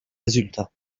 résultats